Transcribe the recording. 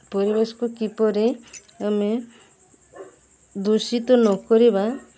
ପରିବେଶକୁ କିପରି ଆମେ ଦୂଷିତ ନକରିବା